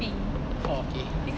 oh okay